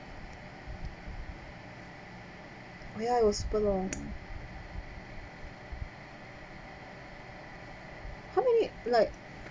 oh ya it was super long how many like